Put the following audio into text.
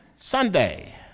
Sunday